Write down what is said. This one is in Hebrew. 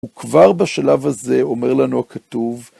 וכבר בשלב הזה, אומר לנו הכתוב